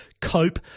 cope